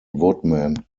woodman